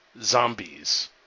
zombies